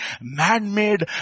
man-made